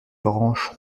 branches